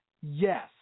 yes